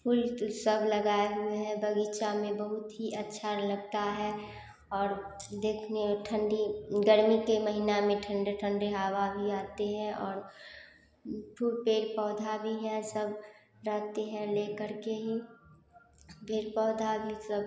फूल तो सब लगाए हुए हैं बगीचा में बहुत ही अच्छा लगता है और देखने ठंडी गर्मी के महीना में ठंडे ठंडे हवा भी आते हैं और फूल पेड़ पौधा भी है सब रहती है लेकर के ही पेड़ पौधा भी सब